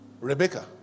Rebecca